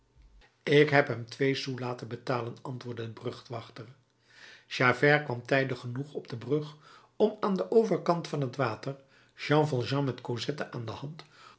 ik heb hem twee sous laten betalen antwoordde de brugwachter javert kwam tijdig genoeg op de brug om aan den overkant van het water jean valjean met cosette aan de hand